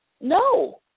No